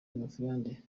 mphande